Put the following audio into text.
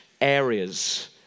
areas